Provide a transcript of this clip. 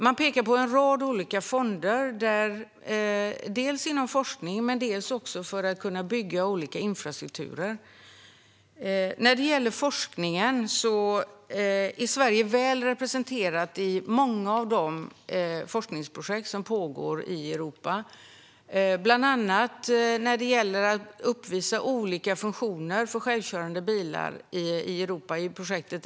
Man pekar på en rad olika fonder, för forskning men också för att kunna bygga olika infrastrukturer. När det gäller forskningen är Sverige väl representerat i många av de forskningsprojekt som pågår i Europa, bland annat projektet L3Pilot, som handlar om att uppvisa olika funktioner för självkörande bilar.